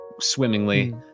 swimmingly